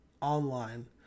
online